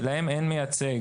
שלהם אין מייצג.